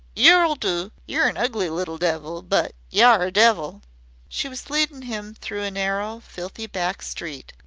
yer'll do. yer an ugly little devil but ye are a devil she was leading him through a narrow, filthy back street,